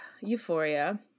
euphoria